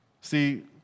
See